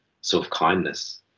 self-kindness